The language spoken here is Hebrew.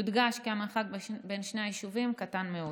יודגש כי המרחק בין שני היישובים קטן מאוד.